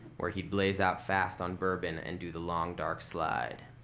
where he'd blaze out fast on bourbon and do the long, dark slide.